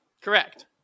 Correct